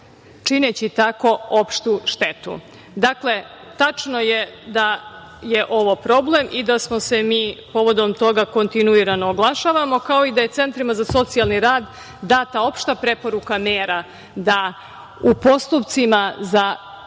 čineći tako opštu štetu. Dakle, tačno je da je ovo problem i da se mi povodom toga kontinuirano oglašavamo kao i da je centrima za socijalni rad data opšta preporuka mera da u postupku